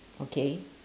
okay